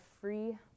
free